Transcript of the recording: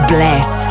Bless